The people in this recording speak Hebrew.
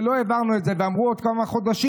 כשלא העברנו את זה ועברו עוד כמה חודשים,